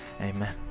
amen